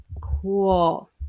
Cool